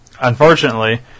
Unfortunately